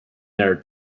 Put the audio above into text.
there